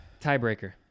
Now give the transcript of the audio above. Tiebreaker